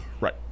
Right